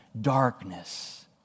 darkness